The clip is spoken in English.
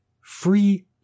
free